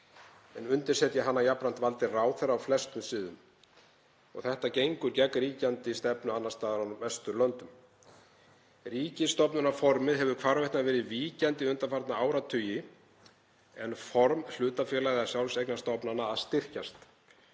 en undirsetja hana jafnframt valdi ráðherra á flestum sviðum. Þetta gengur gegn ríkjandi stefnu annars staðar á Vesturlöndum. Ríkisstofnunarformið hefur hvarvetna verið víkjandi undanfarna áratugi en form hlutafélaga eða sjálfseignarstofnana að styrkjast.